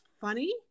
funny